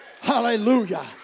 Hallelujah